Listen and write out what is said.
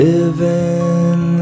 Living